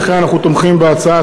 ולכן אנחנו תומכים בהצעה.